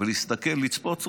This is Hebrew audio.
להסתכל ולצפות,